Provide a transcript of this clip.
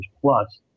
plus